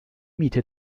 miete